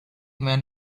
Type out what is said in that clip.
man